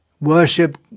worship